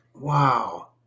Wow